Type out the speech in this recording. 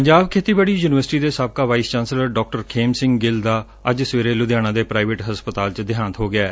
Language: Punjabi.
ਪੰਜਾਬ ਖੇਤੀਬਾੜੀ ਯੁਨੀਵਰਸਿਟੀ ਦੇ ਸਾਬਕਾ vice chancellor doctor Khem Singh Gill ਦਾ ਲੁਧਿਆਣਾ ਦੇ ਪ੍ਾਈਵੇਟ ਹਸਪਤਾਲ ਚ ਦੇਹਾਂਤ ਹੋ ਗਿਐ